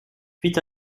fit